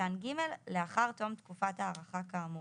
קטן (ג) לאחר תום תקופת ההארכה כאמור.